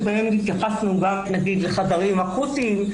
שבהן התייחסנו גם לחדרים אקוטיים,